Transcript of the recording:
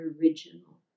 original